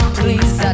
please